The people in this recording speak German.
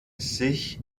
sich